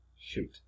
Shoot